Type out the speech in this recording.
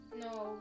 No